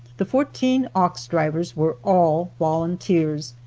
the fourteen ox-drivers were all volunteers,